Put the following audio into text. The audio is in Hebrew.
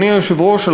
אדוני היושב-ראש,